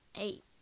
Eight